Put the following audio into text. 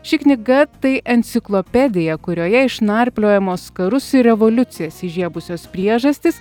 ši knyga tai enciklopedija kurioje išnarpliojamos karus ir revoliucijas įžiebusios priežastys